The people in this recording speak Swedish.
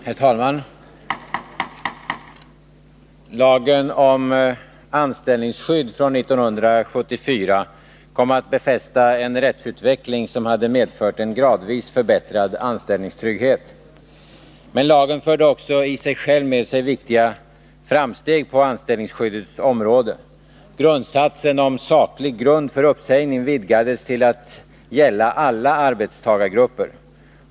Herr talman! Lagen om anställningsskydd från 1974 kom att befästa en rättsutveckling som hade medfört en gradvis förbättrad anställningstrygghet. Men lagen förde också i sig själv med sig viktiga framsteg på anställningsskyddets område. Grundsatsen om saklig grund för uppsägning vidgades till att gälla alla arbetstagargrupper.